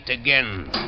again